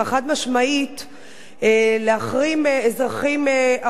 להחרים אזרחים ערבים ולא להשכיר להם דירות,